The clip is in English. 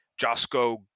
Josko